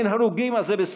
אין הרוגים, אז זה בסדר?